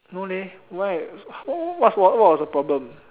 no leh why what what what was the problem